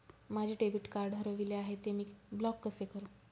माझे debit card हरविले आहे, ते मी ब्लॉक कसे करु?